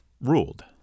ruled